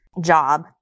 job